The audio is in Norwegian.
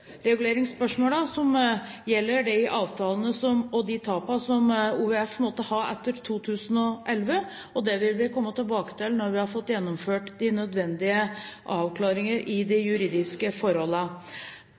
oppreguleringsspørsmålene som gjelder de avtalene og de tapene som OVF måtte ha etter 2011. Det vil vi komme tilbake til når vi har fått de nødvendige avklaringer av de juridiske forholdene. I